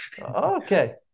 Okay